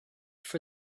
for